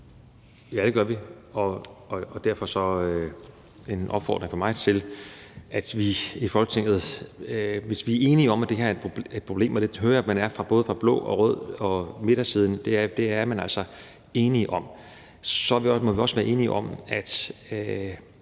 Ja, det gør vi, og derfor skal der også lyde en opfordring fra mig til, at vi i Folketinget, hvis vi er enige om, at det her er et problem – og jeg hører fra både blå og rød blok og fra midten, at det er man altså enig om – så også må være enige om, at